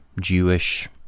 Jewish